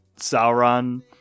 Sauron